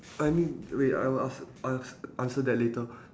I mean wait I will ans~ I'll answer that later